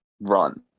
run